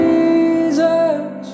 Jesus